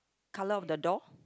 colour of the door